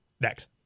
Next